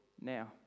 now